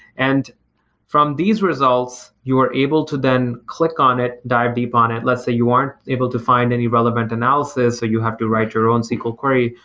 and from these results, you are able to then click on it, dive deep on it. let's say you aren't able to find any relevant analysis. so you have to write your own sql query.